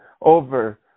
over